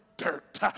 dirt